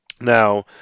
Now